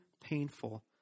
painful